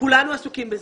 כולנו עסוקים בזה.